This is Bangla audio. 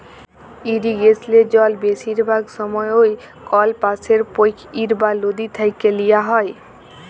ইরিগেসলে জল বেশিরভাগ সময়ই কল পাশের পখ্ইর বা লদী থ্যাইকে লিয়া হ্যয়